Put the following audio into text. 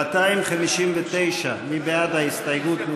259, מי בעד ההסתייגות?